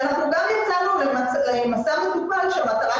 אבל אני רוצה ברשותכם להתחיל עם כמה מילים של הדובר